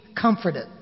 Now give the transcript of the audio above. comforted